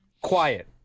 quiet